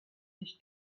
nicht